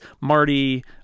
Marty